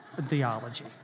theology